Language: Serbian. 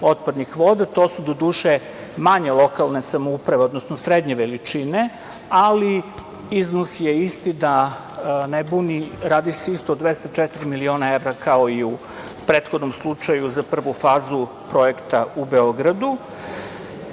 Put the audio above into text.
To su, doduše, manje lokalne samouprave, odnosno srednje veličine, ali iznos je isti, da ne buni, radi se isto o 204 miliona evra, kao i u prethodnom slučaju za prvu fazu projekta u Beogradu. Inače,